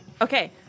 Okay